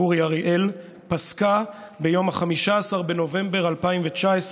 אורי אריאל פסקה ביום 15 בנובמבר 2019,